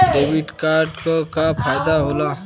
Debit card क का फायदा हो ला?